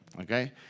okay